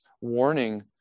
warning